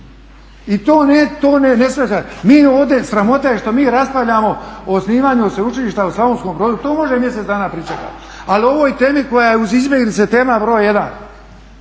I to ne shvaćate. Mi ovdje, sramota je što mi raspravljamo o osnivanju Sveučilišta u Slavonskom Brodu, to može mjesec dana pričekati, ali o ovoj temi koja je uz izbjeglice tema br. 1